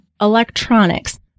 electronics